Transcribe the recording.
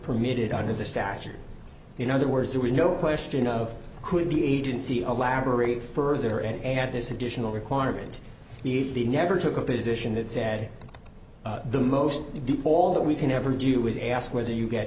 permitted under the statute in other words there was no question of could be agency elaborate further and this additional requirement is the never took a position that said the most depaul that we can ever do is ask whether you get